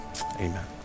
Amen